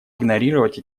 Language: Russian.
игнорировать